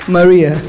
Maria